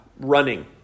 running